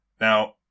Now